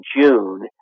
June